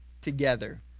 together